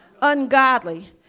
Ungodly